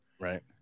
Right